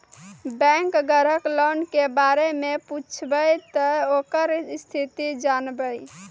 Bank ग्राहक loan के बारे मैं पुछेब ते ओकर स्थिति जॉनब?